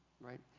right